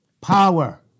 Power